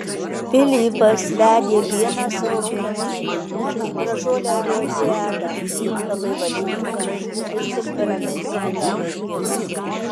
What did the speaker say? pilypas vedė vieną savo giminaitę gražuolę erodiadą labai valdingą ir temperamentingą merginą